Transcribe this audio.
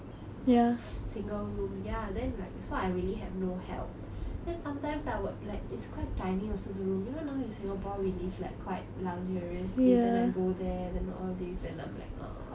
single room ya then like so I really have no help then sometimes I will like it's quite tiny also the room you know now in Singapore we live like quite luxuriously then I go there then all these then I'm like err